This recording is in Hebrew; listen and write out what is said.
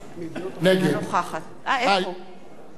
אבסדזה ענתה?